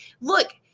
look